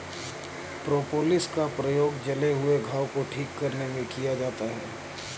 propolis का प्रयोग जले हुए घाव को ठीक करने में किया जाता है